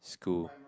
school